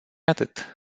atât